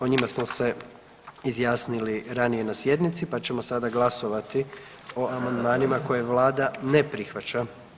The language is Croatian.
O njima smo se izjasnili ranije na sjednici pa ćemo sada glasovati o amandmanima koje Vlada ne prihvaća.